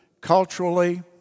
culturally